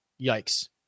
yikes